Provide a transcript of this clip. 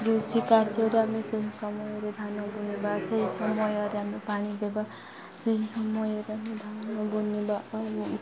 କୃଷି କାର୍ଯ୍ୟରେ ଆମେ ସେହି ସମୟରେ ଧାନ ବୁଣିବା ସେହି ସମୟରେ ଆମେ ପାଣି ଦେବା ସେହି ସମୟରେ ଆମେ ଧାନ ବୁଣିବା ଆଉ